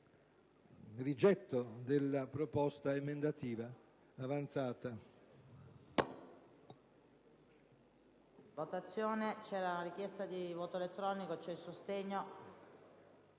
rigetto della proposta emendativa avanzata.